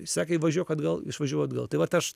sakė važiuok atgal išvažiavau atgal tai vat aš